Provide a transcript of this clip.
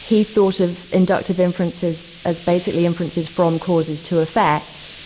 he thought of inductive inferences as basically inferences from causes to effects.